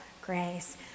grace